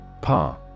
Pa